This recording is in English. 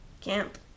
camp